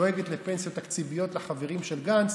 דואגת לפנסיות תקציביות לחברים של גנץ,